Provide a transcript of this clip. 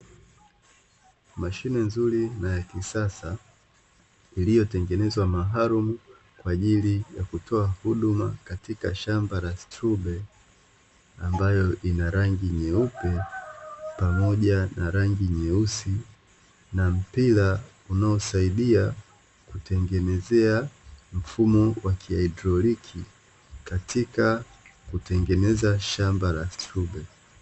Mashine nzuri na yakisasa iliyotengenezwa maalumu kwaajili ya kutoa huduma katika shamba la strobeli ambayo inarangi nyeupe pamoja na rangi nyeusi na mpira unaosaidia kutengenezea mfumo wa kiadroliki katika kutengeneza shamba la strobeli.